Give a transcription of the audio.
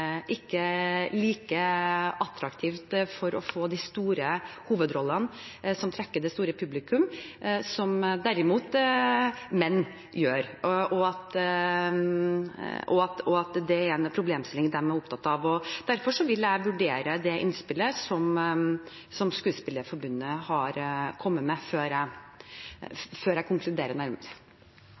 ikke like attraktive for de store hovedrollene, som trekker det store publikummet, som derimot menn er. Det er en problemstilling de er opptatt av. Derfor vil jeg vurdere det innspillet som Skuespillerforbundet har kommet med, før jeg konkluderer nærmere.